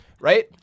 Right